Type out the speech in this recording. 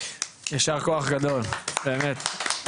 יישר כוח גדול, באמת.